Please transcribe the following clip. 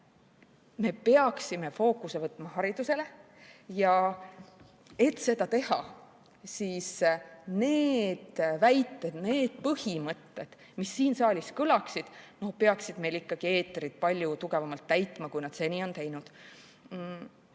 Me peaksime fookuse panema haridusele. Et seda teha, siis need väited, need põhimõtted, mis siin saalis kõlaksid, peaksid meil ikkagi eetrit palju tugevamalt täitma, kui nad seda seni on teinud.